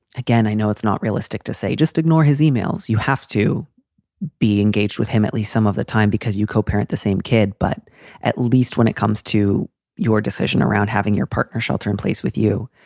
again, i know it's not realistic to say just ignore his emails. you have to be engaged with him at least some of the time because you co-parent the same kid. but at least when it comes to your decision around having your partner shelter-in-place with you,